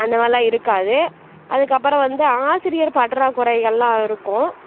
அந்தமாதிரில்லாம் இருக்காது அதுக்கப்புறம் வந்து ஆசிரியர் பற்றாக்குறைகளெலாம் இருக்கும்